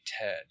Ted